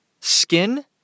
Skin